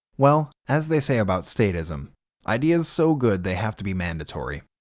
well, as they say about statism ideas so good they have to be mandatory.